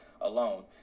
alone